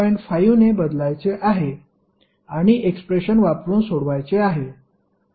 5 ने बदलायचे आहे आणि एक्सप्रेशन वापरून सोडवायचे आहे